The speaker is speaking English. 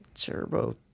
Turbo